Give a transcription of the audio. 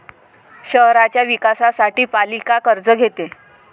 शहराच्या विकासासाठी पालिका कर्ज घेते